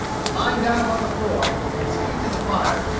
and lying down upon the floor, with his feet to the fire,